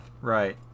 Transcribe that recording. right